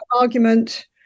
Argument